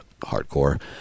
hardcore